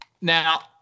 Now